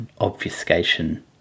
obfuscation